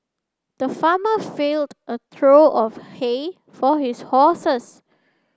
the farmer filled a trough of hay for his horses